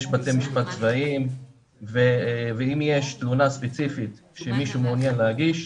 יש בתי משפט צבאיים ואם יש תלונה ספציפית שמישהו מעוניין להגיש,